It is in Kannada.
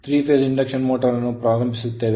ನಾವು 3 ಫೇಸ್ ಇಂಡಕ್ಷನ್ ಮೋಟರ್ ಅನ್ನು ಪ್ರಾರಂಭಿಸುತ್ತೇವೆ